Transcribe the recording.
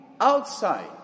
outside